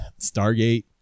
Stargate